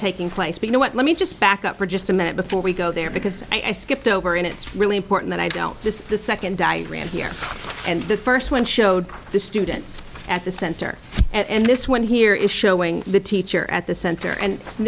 taking place but know what let me just back up for just a minute before we go there because i skipped over and it's really important that i don't this is the second diagram here and the first one showed the student at the center and this one here is showing the teacher at the center and